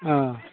ओ